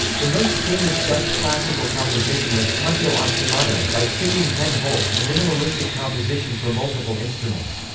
the most famous dutch classical composition is canto ostinato by simeon ten holt, a minimalistic composition for multiple instruments.